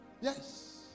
Yes